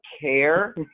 care